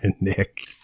Nick